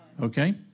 Okay